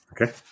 Okay